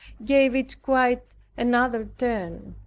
gave it quite another turn.